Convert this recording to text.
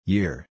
Year